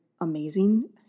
amazing